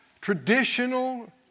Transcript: traditional